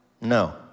No